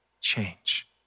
change